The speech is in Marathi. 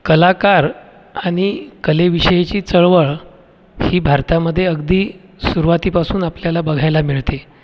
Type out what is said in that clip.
कलाकार आणि कलेविषयीची चळवळ ही भारतामध्ये अगदी सुरुवातीपासून आपल्याला बघायला मिळते